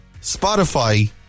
Spotify